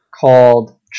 called